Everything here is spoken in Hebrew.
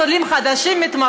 אה, לא, אפס עולים חדשים מתמחים.